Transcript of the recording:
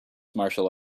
martial